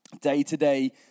day-to-day